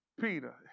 Peter